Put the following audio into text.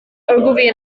ogilvy